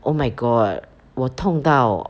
oh my god 我痛到